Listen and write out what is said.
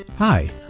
Hi